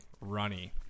runny